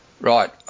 Right